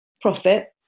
profit